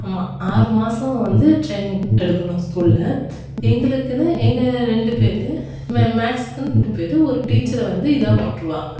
ஆமாம் ஆறு மாதம் வந்து ட்ரைனிங் எடுக்கணும் ஸ்கூல்ல எங்களுக்குன்னு எங்கள் ரெண்டு பேர் மே மேக்ஸுக்குன்னு ரெண்டு பேர் ஒரு டீச்சரை வந்து இதாக போட்டிருவாங்க